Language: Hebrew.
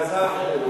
הצעה אחרת.